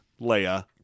Leia